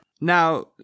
Now